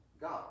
God